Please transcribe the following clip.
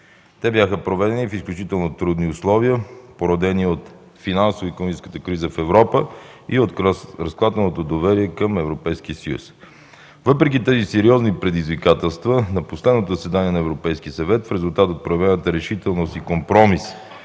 Те бяха проведени в изключително трудни условия, породени от финансово-икономическата криза в Европа и от разклатеното доверие към Европейския съюз. Въпреки тези сериозни предизвикателства на последното заседание на Европейския съвет в резултат от проявената решителност и компромис